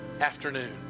afternoon